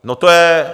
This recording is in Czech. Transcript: No to je...